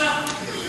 לא, לא, לא.